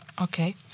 Okay